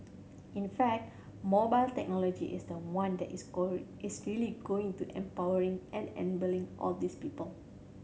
in fact mobile technology is the one that is going is really going to empowering and enabling all these people